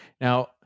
Now